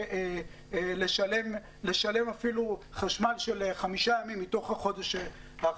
לתשלום חשמל של חמישה ימים מתוך חודש.